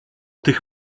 tych